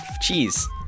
Cheese